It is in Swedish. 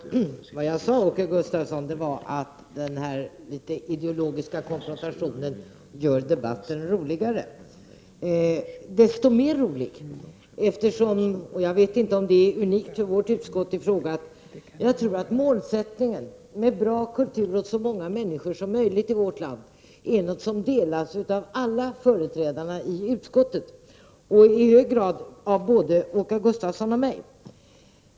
Fru talman! Vad jag sade, Åke Gustavsson, var att den litet ideologiska konfrontationen gör debatten roligare. Desto roligare är det eftersom — jag vet inte om det är något unikt för vårt utskott — målsättningen bra kultur åt så många människor som möjligt i vårt land är någonting som delas av alla företrädare i utskottet, i hög grad av Åke Gustavsson och mig.